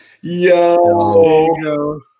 yo